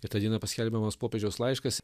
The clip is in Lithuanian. ir tą dieną paskelbiamas popiežiaus laiškas